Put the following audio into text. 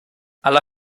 alla